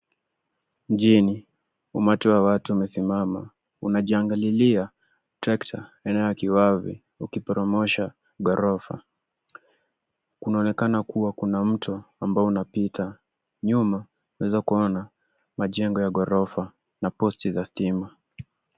Mjini, umati wa watu umesimama. Unajiangalilia trekta aina ya kiwavi ukiporomosha ghorofa. Kunaonekana kuwa kuna mto ambao unapita. Nyuma unaweza kuona majengo ya ghorofa na posti za stima.